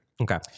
Okay